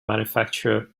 manufacturer